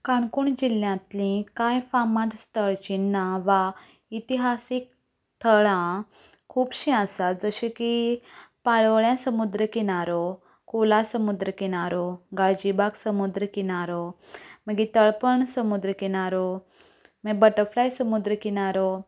काणकोण जिल्ल्यांतली कांय फामाद स्थळ चिन्नां वा इतिहासीक थळां खुबशीं आसात जशें की पाळोलें समुद्र किनारो कोला समुद्र किनारो गालजीबाग समुद्र किनारो मागीर तळपण समुद्र किनारो मागीर बटरफ्लाय समुद्र किनारो